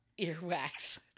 earwax